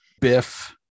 biff